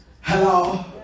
Hello